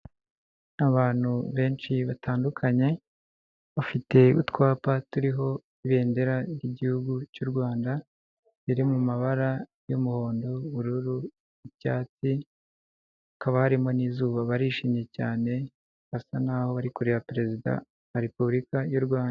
Abantu benshi batandukanye bafite utwapa turiho ibendera ry'igihugu cy'u Rwanda riri mu mabara y'umuhondo, ubururu, icyatsi, hakaba harimo n'izuba, barishimye cyane basa naho bari kureba perezida wa repubulika y'u Rwanda.